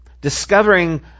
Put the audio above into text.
Discovering